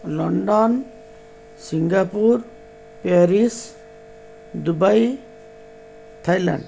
London Singapore Paris Dubai Thailand